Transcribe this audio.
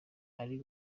ari